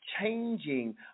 changing